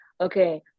okay